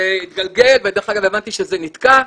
וזה התגלגל, ודרך אגב הבנתי שזה נתקע,